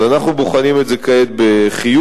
אז אנחנו בוחנים את זה כעת בחיוב.